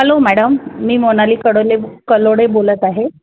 hello madam मी मोनाली कडोले कलोडे बोलत आहे